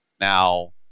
Now